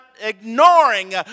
ignoring